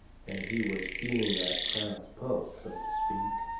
and he was feeling that crowd's pulse, so to speak.